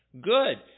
Good